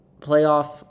playoff